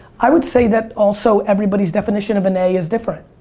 i would say that also everybody's definition of an a is different.